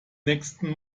nächsten